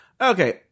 Okay